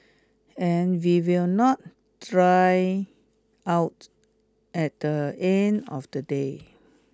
and we will not dry out at the end of the day